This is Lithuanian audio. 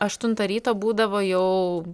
aštuntą ryto būdavo jau